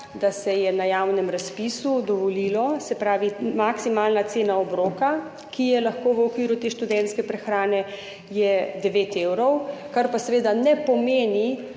se je na javnem razpisu dovolilo, se pravi, maksimalna cena obroka, ki je lahko v okviru te študentske prehrane, je 9 evrov, kar pa seveda ne pomeni,